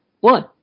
one